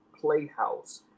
playhouse